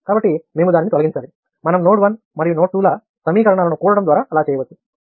కాబట్టి మేము దానిని తొలగించాలి మనం నోడ్ 1 మరియు నోడ్ 2 ల సమీకరణాలను కూడటం ద్వారా అలా చేయవచ్చు